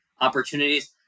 opportunities